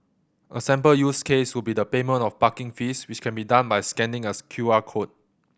a sample use case would be the payment of parking fees which can be done by scanning a Q R code